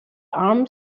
arm